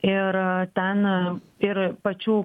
ir ten ir pačių